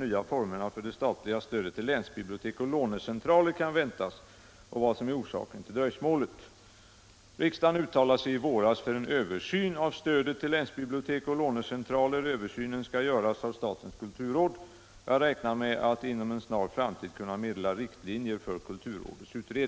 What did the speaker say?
nya former för det statliga stödet till länsbibliotek och lånecentraler, vilket godtogs av riksdagen. Beslutet har inte intagits i promulgationsbeslut med anledning av propositionen. När kan beslut väntas, och vad är orsaken till dröjsmålet?